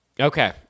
Okay